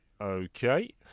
Okay